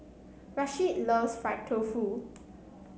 Rasheed loves Fried Tofu